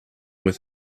with